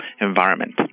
environment